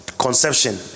Conception